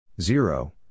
Zero